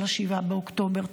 7 באוקטובר,